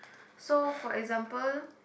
so for example